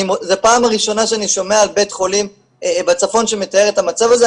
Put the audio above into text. זו הפעם הראשונה שאני שומע על בית חולים בצפון שמתאר את המצב הזה,